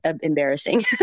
embarrassing